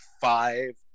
five